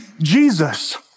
Jesus